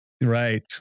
Right